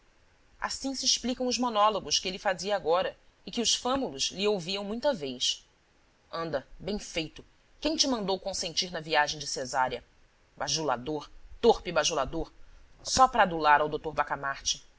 assim se explicam os monólogos que ele fazia agora e que os fâmulos lhe ouviam muita vez anda bem feito quem te mandou consentir na viagem de cesária bajulador torpe bajulador só para adular ao dr bacamarte